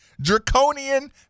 draconian